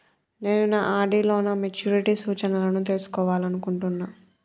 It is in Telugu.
నేను నా ఆర్.డి లో నా మెచ్యూరిటీ సూచనలను తెలుసుకోవాలనుకుంటున్నా